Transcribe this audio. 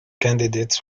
candidates